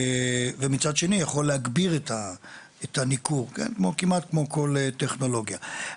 ומצד שני יכול להגביר את הניכור כמעט כמו כל טכנולוגיה.